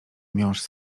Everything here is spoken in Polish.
miąższ